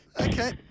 okay